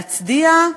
להצדיע,